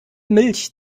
milch